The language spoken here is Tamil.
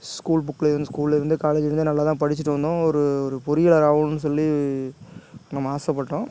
ஸ்கூல் புக்லேருந்து ஸ்கூல்லேருந்து காலேஜ்லேருந்து நல்லாதான் படிச்சுட்டு வந்தோம் ஒரு ஒரு பொறியாளர் ஆவணும்னு சொல்லி நம்ம ஆசைப்பட்டோம்